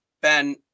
Ben